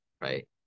right